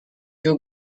you